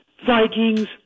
Vikings